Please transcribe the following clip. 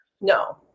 No